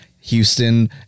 Houston